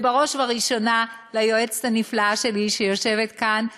ובראש ובראשונה ליועצת הנפלאה שלי שיושבת כאן,